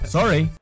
Sorry